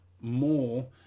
more